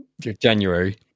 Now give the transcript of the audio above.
January